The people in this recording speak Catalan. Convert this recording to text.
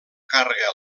càrrega